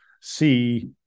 see